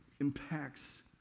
impacts